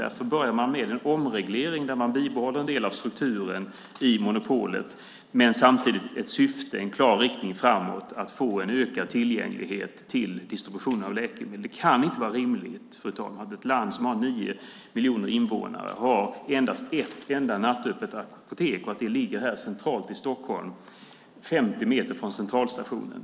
Därför börjar man med en omreglering där man bibehåller en del av strukturen i monopolet men samtidigt har ett syfte, en klar riktning framåt, att få en ökad tillgänglighet till distributionen av läkemedel. Det kan inte vara rimligt, fru ålderspresident, att ett land som har nio miljoner invånare endast har ett enda nattöppet apotek och att det ligger centralt i Stockholm, 50 meter från Centralstationen.